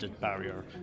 barrier